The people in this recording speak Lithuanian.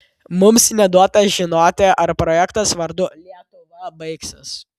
mums neduota žinoti ar projektas vardu lietuva baigsis